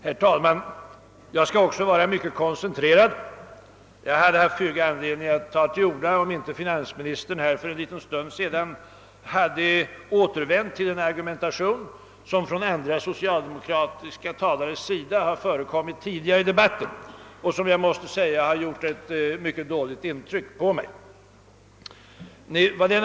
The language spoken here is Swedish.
Herr talman! Mitt anförande skall också bli mycket koncentrerat. Jag hade haft föga anledning att ta till orda, om inte finansministern för en stund sedan hade fört samma argumentation som andra socialdemokratiska talare tidigare i debatten har använt och som gjort ett mycket dåligt intryck på mig.